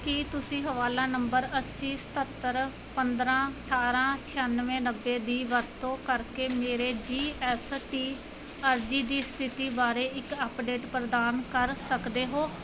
ਕੀ ਤੁਸੀਂ ਹਵਾਲਾ ਨੰਬਰ ਅੱਸੀ ਸਤੱਤਰ ਪੰਦਰਾਂ ਅਠਾਰਾਂ ਛਿਆਨਵੇਂ ਨੱਬੇ ਦੀ ਵਰਤੋਂ ਕਰਕੇ ਮੇਰੇ ਜੀ ਐੱਸ ਟੀ ਅਰਜ਼ੀ ਦੀ ਸਥਿਤੀ ਬਾਰੇ ਇੱਕ ਅਪਡੇਟ ਪ੍ਰਦਾਨ ਕਰ ਸਕਦੇ ਹੋ